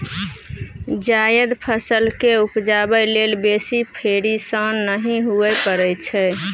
जायद फसल केँ उपजाबै लेल बेसी फिरेशान नहि हुअए परै छै